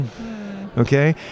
okay